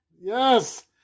Yes